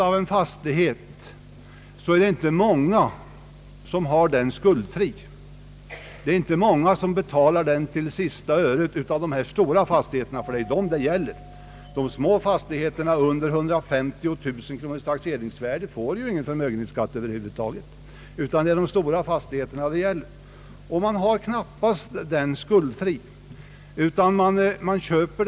Det är inte många som har en fastighet skuldfri. Det är inte många som betalar de stora fastigheterna till sista öret. De små fastigheterna med taxeringsvärde under 150 000 kronor får över huvud taget ingen förmögenhetsskatt, utan det är de stora fastigheterna det gäller, och det är knappast någon som har en sådan fastighet skuldfri.